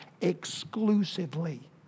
exclusively